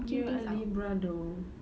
you are libra though